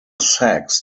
sacks